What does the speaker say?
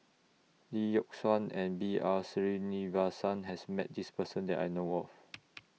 Lee Yock Suan and B R Sreenivasan has Met This Person that I know of